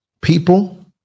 people